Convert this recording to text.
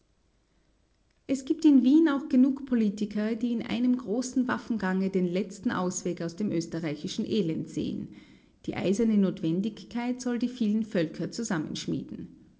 es gibt in wien auch genug politiker die in einem großen waffengange den letzten ausweg aus dem österreichischen elend sehen die eiserne notwendigkeit soll die vielen völker zusammenschmieden